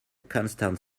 constant